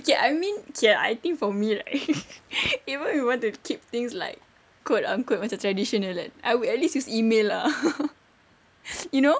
okay I mean okay ah I think for me right even if you want to keep things like quote unquote macam traditional kan I would at least use email lah you know